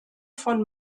von